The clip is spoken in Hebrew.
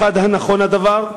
1. האם נכון הדבר?